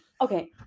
okay